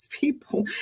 people